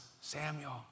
Samuel